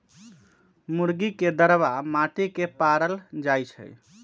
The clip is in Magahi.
मुर्गी के दरबा माटि के पारल जाइ छइ